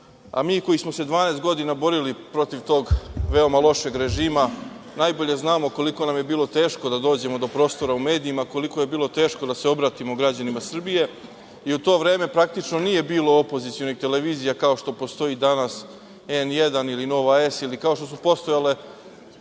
a mi koji smo se 12 godina borili protiv tog veoma lošeg režima najbolje znamo koliko nam je bilo teško da dođemo do prostora u medijima, koliko je bilo teško da se obratimo građanima Srbije i u to vreme, praktično, nije bilo opozicionih televizija kao što postoji danas „N1“, ili „Nova S“ ili kao što su postojale